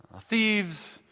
thieves